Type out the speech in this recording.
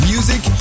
Music